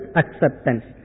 acceptance